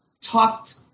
talked